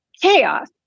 chaos